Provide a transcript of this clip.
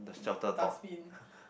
dustbin